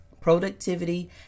productivity